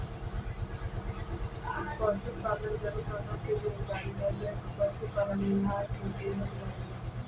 पसुपालन जनगणना के जिम्मेवारी राज्य के पसुपालन विभाग के दिहल गइल बा